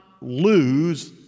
lose